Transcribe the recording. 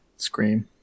scream